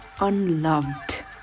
unloved।